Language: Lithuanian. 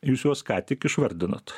jūs juos ką tik išvardinot